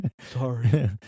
Sorry